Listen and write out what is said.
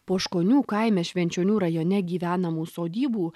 poškonių kaime švenčionių rajone gyvenamų sodybų